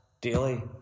daily